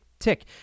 tick